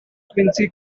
quincy